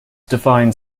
define